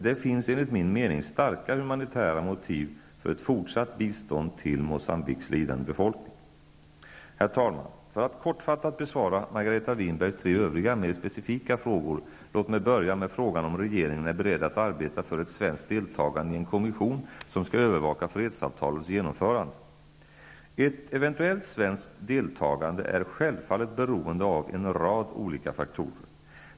Det finns enligt min mening starka humanitära motiv för ett fortsatt bistånd till Herr talman! För att kortfattat besvara Margareta Winbergs tre övriga, mer specifika, frågor, låt mig börja med frågan om regeringen är beredd att arbeta för ett svenskt deltagande i en kommission som skall övervaka fredsavtalets genomförande. Ett eventuellt svenskt deltagande är självfallet beroende av en rad olika faktorer.